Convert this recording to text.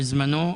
בזמנו,